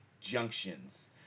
junctions